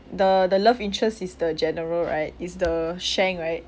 the the love interest is the general right is the shang right